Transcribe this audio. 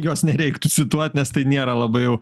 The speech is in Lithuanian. jos nereiktų cituoti nes tai nėra labai jau